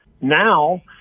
now